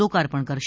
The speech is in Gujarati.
લોકાર્પણ કરશે